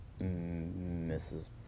Mrs